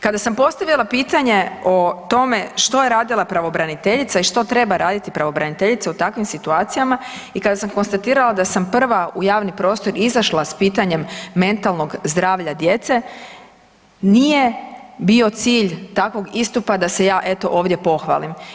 Kada sam postavila pitanje o tome što je radila pravobraniteljica i što treba raditi pravobraniteljica u takvim situacijama i kada sam konstatirala da sam prva u javni prostor izašla sa pitanjem mentalnog zdravlja djece nije bio cilj takvog istupa da se ja eto ovdje pohvalim.